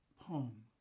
poem